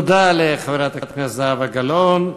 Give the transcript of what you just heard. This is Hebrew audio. תודה לחברת הכנסת זהבה גלאון.